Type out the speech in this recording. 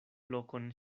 lokon